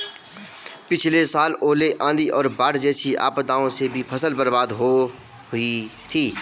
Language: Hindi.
पिछली साल ओले, आंधी और बाढ़ जैसी आपदाओं से भी फसल बर्बाद हो हुई थी